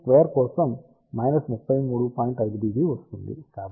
5డిబి వస్తుంది